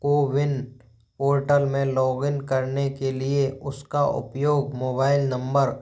CoWIN portal में login करने के लिए उसका उपयोग मोबाइल नंबर